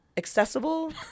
accessible